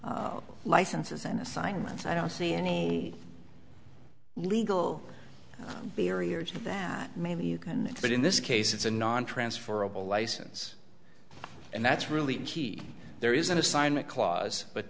licenses and assignments i don't see any legal barriers to that maybe you can but in this case it's a nontransferable license and that's really key there is an assignment clause but